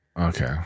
Okay